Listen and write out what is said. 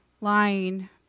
lying